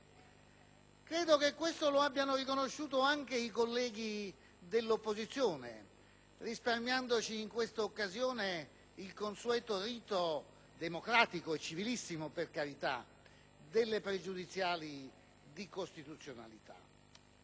Credo che questo lo abbiano riconosciuto anche i colleghi dell'opposizione, risparmiandoci, in quest'occasione, il consueto rito democratico - civilissimo, per carità - delle pregiudiziali di costituzionalità.